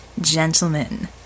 Gentlemen